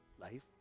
life